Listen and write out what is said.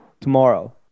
Tomorrow